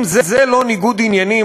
אם זה לא ניגוד עניינים,